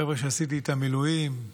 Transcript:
חבר'ה שעשיתי איתם מילואים,